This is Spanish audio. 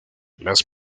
las